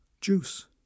Juice